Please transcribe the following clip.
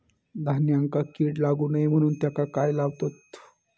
धान्यांका कीड लागू नये म्हणून त्याका काय लावतत?